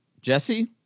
Jesse